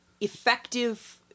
effective